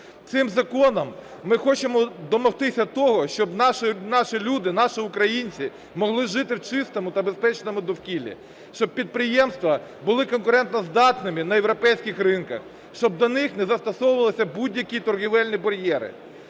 Цим законом ми хочемо домогтися того, щоб наші люди, наші українці могли жити в чистому та безпечному довкіллі, щоб підприємства були конкурентоздатними на європейських ринках, щоб до них не застосовувались будь-які торгівельні бар'єри,